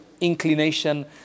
inclination